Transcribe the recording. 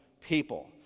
people